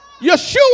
Yeshua